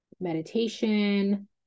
meditation